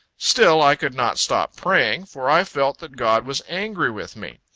still i could not stop praying for i felt that god was angry with me.